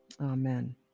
Amen